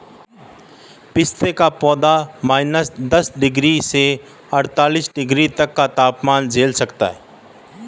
पिस्ता का पौधा माइनस दस डिग्री से अड़तालीस डिग्री तक का तापमान झेल सकता है